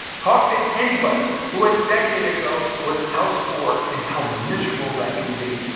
talk to anybody who a decade ago was house-poor, and how miserable that can be.